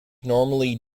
normally